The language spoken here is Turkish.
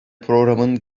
programın